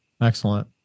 excellent